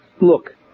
look